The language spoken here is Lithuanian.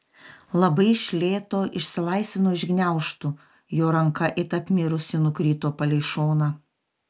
labai iš lėto išsilaisvinau iš gniaužtų jo ranka it apmirusi nukrito palei šoną